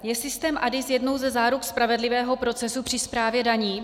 Je systém ADIS jednou ze záruk spravedlivého procesu při správě daní?